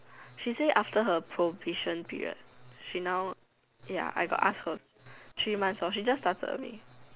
she say after her probation period she now ya I got ask her three months lor she just started only